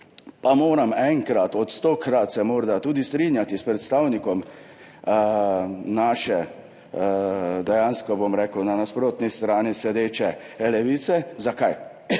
se moram enkrat od stokrat morda tudi strinjati s predstavnikom naše dejansko na nasprotni strani sedeče Levice. Zakaj?